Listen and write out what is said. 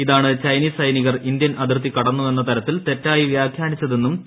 ഇതാണ് ചൈനീസ് സൈനികർ ഇന്ത്യൻ അതിർത്തി കടന്നുവെന്ന തരത്തിൽ തെറ്റായി വ്യാഖ്യാനിച്ചതെന്നും പി